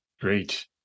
Great